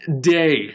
day